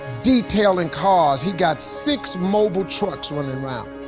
detailing cars. he's got six mobile trucks running around.